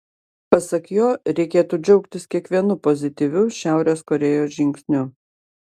pasak jo reikėtų džiaugtis kiekvienu pozityviu šiaurės korėjos žingsniu